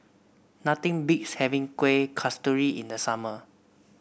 nothing beats having Kueh Kasturi in the summer